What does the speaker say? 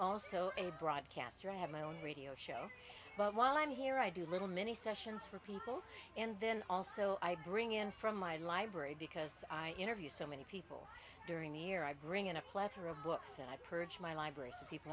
also a broadcaster i have my own radio show but while i'm here i do little mini sessions for people and then also i bring in from my library because i interview so many people during the year i bring in a plethora of books and i purge my library of people